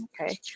Okay